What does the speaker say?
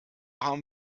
haben